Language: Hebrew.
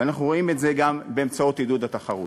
ואנחנו רואים את זה גם באמצעות עידוד התחרות.